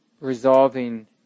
resolving